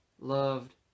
loved